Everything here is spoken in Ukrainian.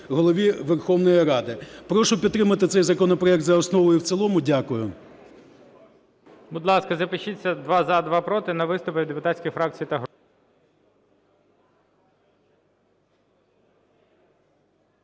Голові Верховної Ради. Прошу підтримати цей законопроект за основу і в цілому. Дякую.